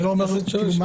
אני לא אומר את עמדתי,